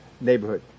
neighborhood